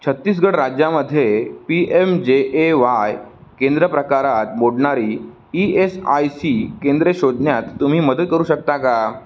छत्तीसगड राज्यामध्ये P M J A Y केंद्र प्रकारात मोडणारी ई एस आय सी केंद्रे शोधण्यात तुम्ही मदत करू शकता का